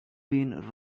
been